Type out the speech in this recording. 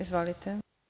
Izvolite.